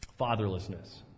fatherlessness